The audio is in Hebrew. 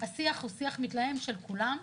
השיח הוא שיח מתלהם של כולם.